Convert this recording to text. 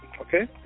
okay